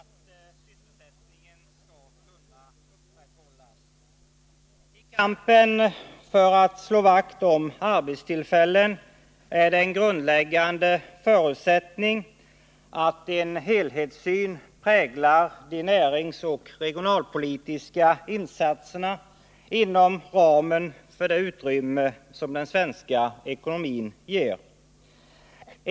I kampen för att slå vakt om arbetstillfällen är det en grundläggande förutsättning att en helhetssyn präglar de näringsoch regionalpolitiska insatserna inom ramen för det utrymme som den svenska ekonomin ger.